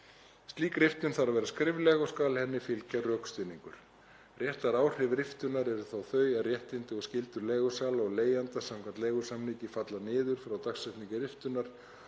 Slík riftun þarf að vera skrifleg og skal henni fylgja rökstuðningur. Réttaráhrif riftunar eru þá þau að réttindi og skyldur leigusala og leigjanda samkvæmt leigusamningi falla niður frá dagsetningu riftunar